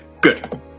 Good